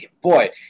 boy